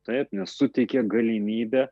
taip nes suteikia galimybę